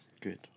Good